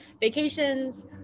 vacations